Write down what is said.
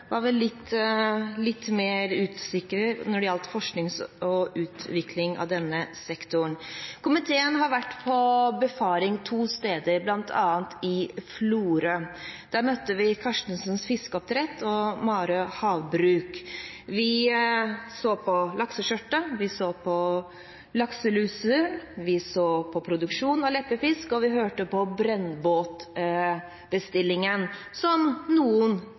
var vel litt mer usikker når det gjaldt forskning og utvikling i denne sektoren. Komiteen har vært på befaring to steder, bl.a. i Florø. Der møtte vi Karstensens Fiskeoppdrett og Marø Havbruk. Vi så på luseskjørtet, vi så på lakselus, vi så på produksjon av leppefisk, og vi hørte om brønnbåtbestillingen som noen